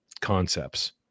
concepts